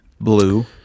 blue